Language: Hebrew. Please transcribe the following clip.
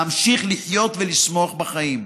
להמשיך לחיות ולשמוח בחיים.